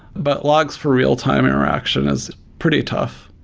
but logs for real-time interaction is pretty tough.